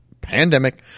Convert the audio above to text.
pandemic